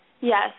yes